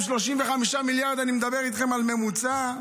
235 מיליארד, אני מדבר איתכם על ממוצע.